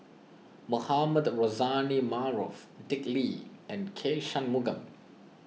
Mohamed Rozani Maarof Dick Lee and K Shanmugam